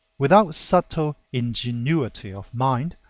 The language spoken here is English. without subtle ingenuity of mind,